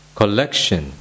collection